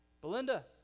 Belinda